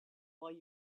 while